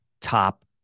top